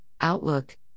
outlook